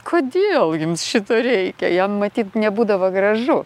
kodėl jums šito reikia jam matyt nebūdavo gražu